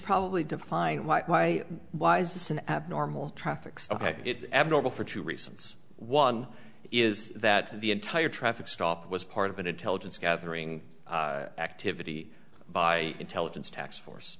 probably define why why why is this an abnormal traffic stop it abnormal for two reasons one is that the entire traffic stop was part of an intelligence gathering activity by intelligence tax force